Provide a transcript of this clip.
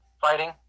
Fighting